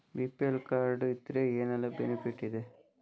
BPL card ಇದ್ರೆ ಏನೆಲ್ಲ benefit ಇದೆ?